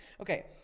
Okay